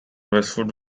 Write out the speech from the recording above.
westwood